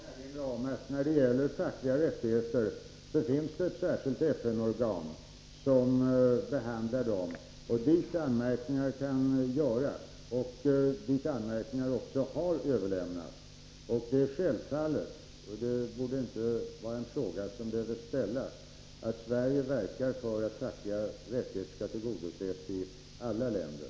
Herr talman! Jag vill än en gång erinra om att det finns ett särskilt FN-organ som behandlar fackliga rättigheter, dit anmärkningar kan göras och dit anmärkningar också har överlämnats. Det är självfallet — frågan borde inte behöva ställas — att Sverige verkar för att fackliga rättigheter skall tillgodoses i alla länder.